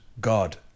God